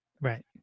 Right